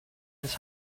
his